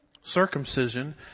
circumcision